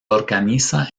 organiza